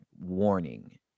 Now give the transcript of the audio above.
warning